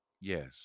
Yes